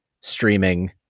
streaming